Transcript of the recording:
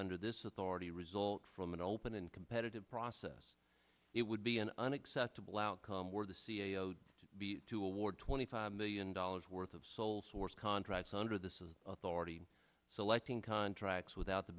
under this authority result from an open and competitive process it would be an unacceptable outcome were the c e o to be to award twenty five million dollars worth of sole source contracts under the sway of already selecting contracts without the